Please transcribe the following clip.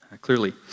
clearly